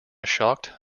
shocked